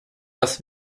dass